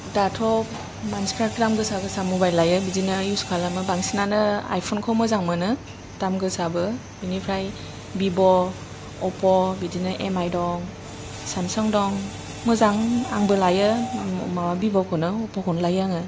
दाथ' मानसिफ्रा दाम गोसा गोसा मबाइल लायो बिदिनो इउस खालामो बांसिनानो आइफन खौै मोजां मोनो दामगोसाबो बिनिफ्राय भिभ' अप' बिदिनो एमआइ दं सेमसां दं मोजां बिदिनो आंबो लायो भिभ' खौनो अप' खौनो